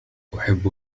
أحب